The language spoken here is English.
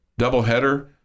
doubleheader